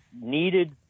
needed